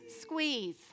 Squeeze